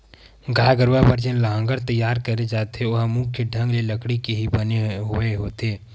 गाय गरुवा बर जेन लांहगर तियार करे जाथे ओहा मुख्य ढंग ले लकड़ी के ही बने होय होथे